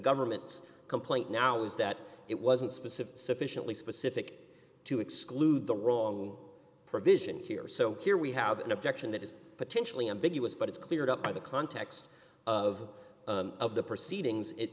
government's complaint now was that it wasn't specific sufficiently specific to exclude the wrong provision here so here we have an objection that is potentially ambiguous but it's cleared up by the context of of the proceedings